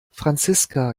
franziska